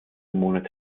monate